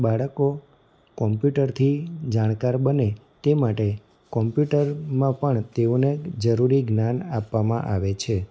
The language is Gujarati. બાળકો કોમ્પ્યુટરથી જાણકાર બને તે માટે કોમ્પ્યુટરમાં પણ તેઓને જરૂરી જ્ઞાન આપવામાં આવે છે